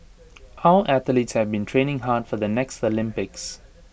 our athletes have been training hard for the next Olympics